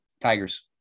tigers